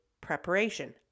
preparation